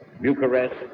Bucharest